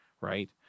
right